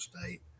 State